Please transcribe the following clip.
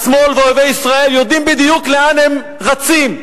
השמאל ואויבי ישראל יודעים בדיוק לאן הם רצים.